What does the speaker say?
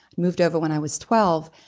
moved over when i was twelve,